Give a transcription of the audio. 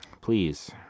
Please